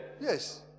yes